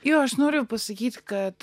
jo aš noriu pasakyti kad